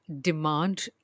demand